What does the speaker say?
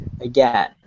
again